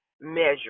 measure